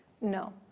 no